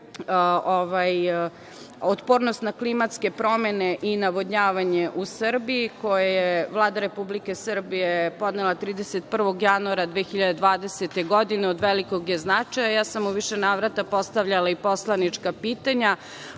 otpornost na klimatske promene i navodnjavanje u Srbiji koji je Vlada Republike Srbije podnela 31. januara 2020. godine od velikog je značaja. Ja sam u više navrata postavljala i poslanička pitanja